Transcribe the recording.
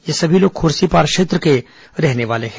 ये सभी लोग खूर्सीपार क्षेत्र के रहने वाले हैं